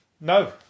no